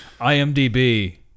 IMDB